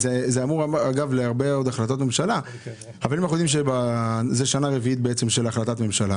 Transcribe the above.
זאת השנה הרביעית להחלטת הממשלה